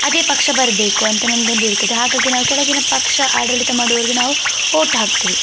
ಅದೇ ಪಕ್ಷ ಬರಬೇಕು ಅಂತ ನಮಗೊಂದು ಇರ್ತದೆ ಹಾಗಾಗಿ ನಾವು ಕೆಳಗಿನ ಪಕ್ಷ ಆಡಳಿತ ಮಾಡೋರಿಗೆ ನಾವು ವೋಟ್ ಹಾಕ್ತೀವಿ